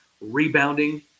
rebounding